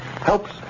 helps